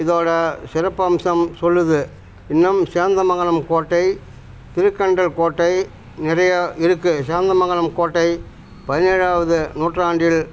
இதோடய சிறப்பம்சம் சொல்லுது இன்னும் சேந்தமங்கலம் கோட்டை திருக்கண்டல் கோட்டை நிறையா இருக்குது சேந்தமங்கலம் கோட்டை பதினேழாவது நூற்றாண்டில்